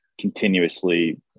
continuously